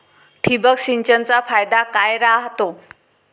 ठिबक सिंचनचा फायदा काय राह्यतो?